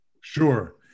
Sure